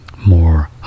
More